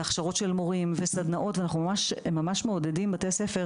הכשרות של מורים וסדנאות ואנחנו ממש מעודדים בתי ספר